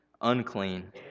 unclean